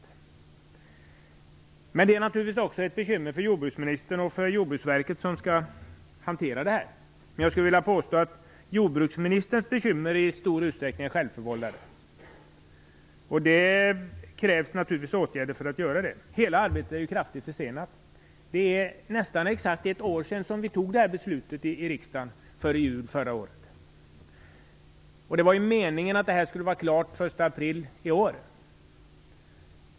Men de är naturligtvis också ett problem för jordbruksministern och för Jordbruksverket, som skall hantera detta. Jag skulle emellertid vilja påstå att jordbruksministerns bekymmer i stor utsträckning är självförvållade. Det krävs naturligtvis åtgärder för att hantera detta. Hela arbetet är ju kraftigt försenat. Det är nästan exakt ett år sedan som vi fattade beslut här i riksdagen om ett medlemskap i EU. Det var meningen att detta skulle vara klart den 1 april i år.